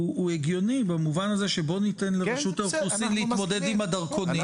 הגיוני במובן הזה שבוא ניתן לרשות האוכלוסין להתמודד עם הדרכונים.